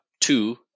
two